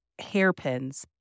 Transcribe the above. hairpins